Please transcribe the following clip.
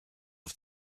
and